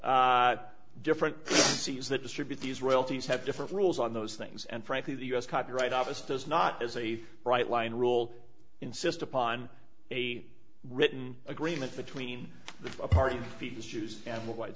different is that distribute these royalties have different rules on those things and frankly the u s copyright office does not as a bright line rule insist upon a written agreement between the parties the issues and wh